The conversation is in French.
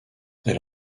elle